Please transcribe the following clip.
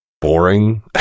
boring